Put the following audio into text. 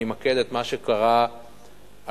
אני אמקד את מה שקרה היום,